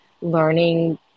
learning